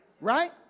Right